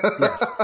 Yes